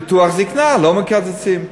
ביטוח זיקנה, לא מקצצים.